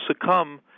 succumb